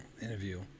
interview